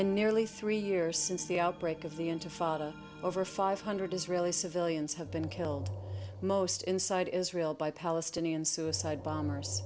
in nearly three years since the outbreak of the intifada over five hundred israeli civilians have been killed most inside israel by palestinian suicide bombers